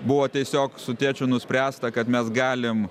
buvo tiesiog su tėčiu nuspręsta kad mes galim